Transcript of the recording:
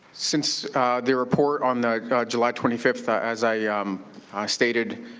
since the report on the july twenty fifth, as i ah um stated,